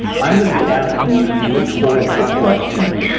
i'm going to be asking you some rhetorical questions,